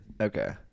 Okay